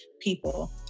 people